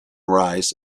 rise